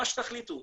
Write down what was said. מה שתחליטו,